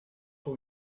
will